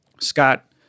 Scott